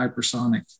hypersonic